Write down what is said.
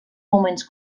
moments